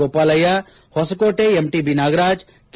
ಗೋಪಾಲಯ್ನಹೊಸಕೋಟೆ MTB ನಾಗರಾಜ್ಕೆ